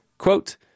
Quote